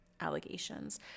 allegations